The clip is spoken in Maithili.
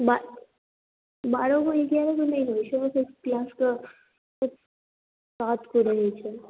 बऽ बारहगो एगारहगो नहि रहै छै सिक्स क्लासके सातगो रहै छै